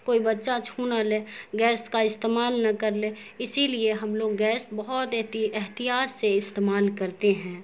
کوئی بچہ چھو نہ لے گیس کا استعمال نہ کر لے اسی لیے ہم لوگ گیس بہت احتیاط سے استعمال کرتے ہیں